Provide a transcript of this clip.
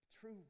True